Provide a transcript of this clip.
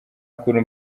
kuntu